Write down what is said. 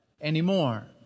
anymore